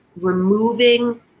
removing